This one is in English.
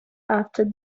after